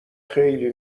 خیلی